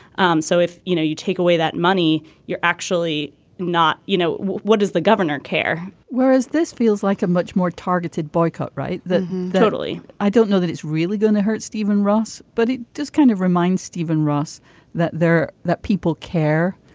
um so if you know you take away that money you're actually not you know what does the governor care whereas this feels like a much more targeted boycott right totally. i don't know that it's really going to hurt stephen ross but it just kind of reminds stephen ross that there that people care.